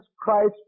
Christ